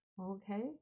Okay